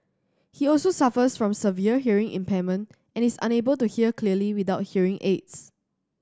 he also suffers from severe hearing impairment and is unable to hear clearly without hearing aids